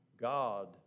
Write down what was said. God